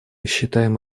считаем